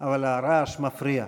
אבל הרעש מפריע.